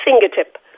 fingertip